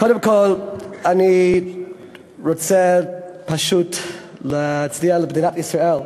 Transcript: קודם כול אני רוצה פשוט להצדיע למדינת ישראל.